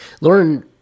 Lauren